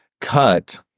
cut